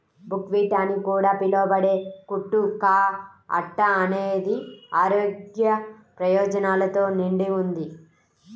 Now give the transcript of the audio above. buckwheat అని కూడా పిలవబడే కుట్టు కా అట్ట అనేది ఆరోగ్య ప్రయోజనాలతో నిండి ఉంది